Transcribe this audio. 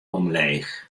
omleech